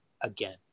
again